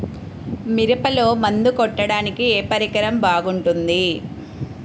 మిరపలో మందు కొట్టాడానికి ఏ పరికరం బాగుంటుంది?